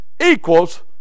equals